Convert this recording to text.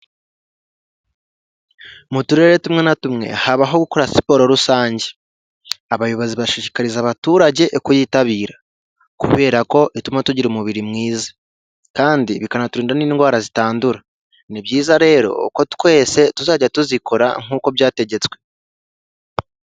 Mu turere tumwe na tumwe habaho gukora siporo rusange, abayobozi bashishikariza abaturage kuyitabira kubera ko ituma tugira umubiri mwiza kandi bikanaturinda n'indwara zitandura, ni byiza rero ko twese tuzajya tuzikora nk'uko byategetswe.